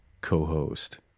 co-host